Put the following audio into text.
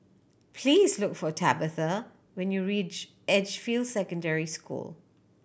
please look for Tabatha when you reach Edgefield Secondary School